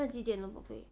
那几点了宝贝